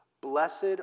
Blessed